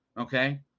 okay